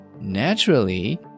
Naturally